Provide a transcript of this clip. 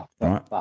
Right